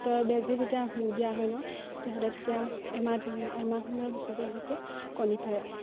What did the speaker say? সিহঁতৰ বেজি যেতিয়া দিয়া হয় ন তেহঁতে তেতিয়া এমাহ এমাহমানৰ পিছতে সিহঁতে কণী পাৰে